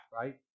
right